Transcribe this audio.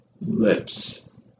lips